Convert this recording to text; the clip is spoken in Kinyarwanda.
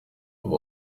ubu